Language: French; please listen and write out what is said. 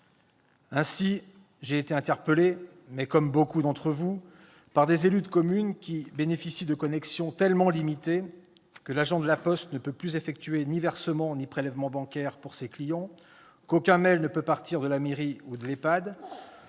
Ainsi, j'ai été interpellé, comme beaucoup d'entre vous, par des élus de communes ayant des connexions tellement limitées que l'agent de La Poste ne peut plus effectuer ni versements ni prélèvements bancaires pour ses clients, qu'aucun mail ne peut partir de la mairie ou de l'EHPAD,